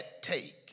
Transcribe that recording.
take